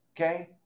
okay